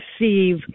receive